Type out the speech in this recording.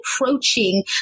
approaching